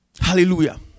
Hallelujah